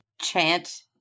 chant